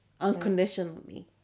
unconditionally